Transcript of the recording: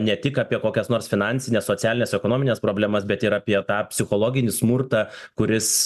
ne tik apie kokias nors finansines socialines ekonomines problemas bet ir apie tą psichologinį smurtą kuris